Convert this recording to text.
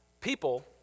people